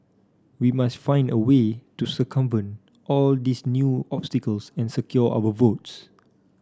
we must find a way to circumvent all these new obstacles and secure our votes